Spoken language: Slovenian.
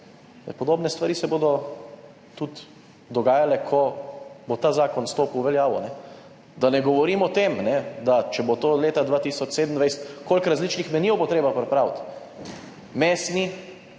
Podobne stvari se bodo tudi dogajale, ko bo ta zakon stopil v veljavo. Da ne govorim o tem, če bo to leta 2027, koliko različnih menijev bo treba pripraviti – mesni,